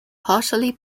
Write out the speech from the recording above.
partially